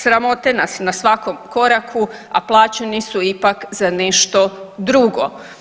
Sramote nas na svakom koraku, a plaćeni su ipak za nešto drugo.